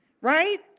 right